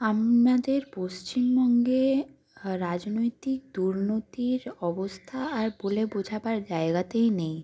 আমাদের পশ্চিমবঙ্গে রাজনৈতিক দূর্নীতির অবস্থা আর বলে বোঝাবার জায়গাতেই নেই